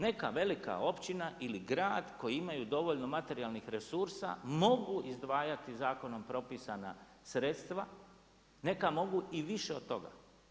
Neka velika općina ili grad koji imaju dovoljno materijalnih resursa mogu izdvajati zakonom propisana sredstva, neka mogu i više od toga.